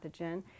pathogen